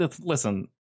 Listen